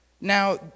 Now